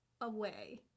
away